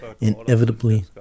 inevitably